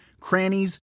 crannies